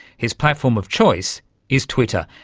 his platform of choice is twitter.